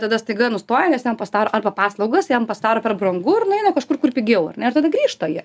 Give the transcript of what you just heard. tada staiga nustoja nes ten pasidaro arba paslaugos jam pasidaro per brangu ir nueina kažkur kur pigiau ar ne ir tada grįžta jie